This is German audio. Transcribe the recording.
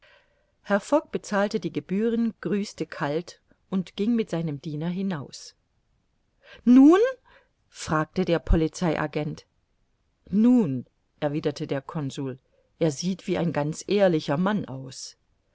fogg bezahlte die gebühren grüßte kalt und ging mit seinem diener hinaus nun fragte der polizei agent nun erwiderte der consul er sieht wie ein ganz ehrlicher mann aus